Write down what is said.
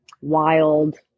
wild